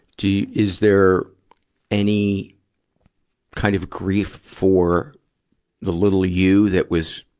do, is there any kind of grief for the little you that was,